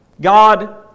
God